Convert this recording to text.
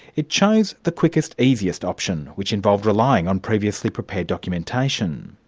it chose the quickest, easiest option, which involved relying on previously prepared documentation.